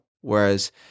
Whereas